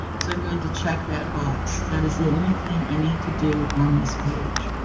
so i'm going to check that box. that is the only thing i need to do on this page.